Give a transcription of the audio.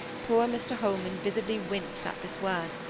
poor mr holman visibly winced at this word.